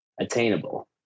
attainable